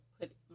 put